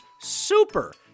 super